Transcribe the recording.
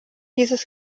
dieses